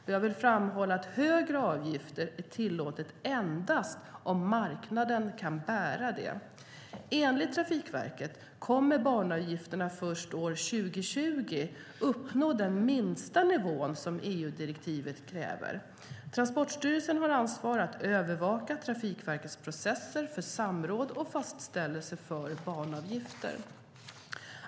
Jag vill framhålla att högre avgifter är tillåtna endast om marknaden kan bära det. Enligt Trafikverket kommer banavgifterna först år 2020 att uppnå den minsta nivån som EU-direktivet kräver. Transportstyrelsen har ansvar att övervaka Trafikverkets processer för samråd och fastställelse av banavgifter.